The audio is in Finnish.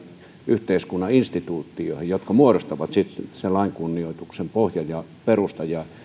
yhteiskunnan instituutioihin jotka muodostavat sitten sen lain kunnioituksen pohjan ja perustan jolla